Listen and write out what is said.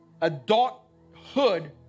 Adulthood